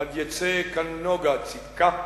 עד יצא כנוגה צדקה